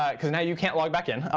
um because now you can't log back in,